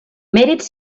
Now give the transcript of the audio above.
mèrits